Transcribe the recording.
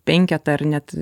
penketą ar net